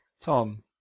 Tom